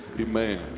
Amen